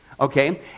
Okay